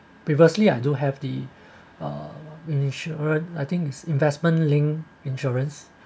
previously I do have the insurance I think is investment linked insurance